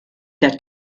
der